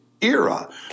era